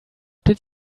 did